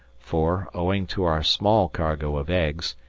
for, owing to our small cargo of eggs,